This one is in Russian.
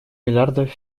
миллиардов